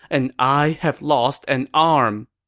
and i have lost an arm!